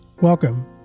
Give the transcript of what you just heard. Welcome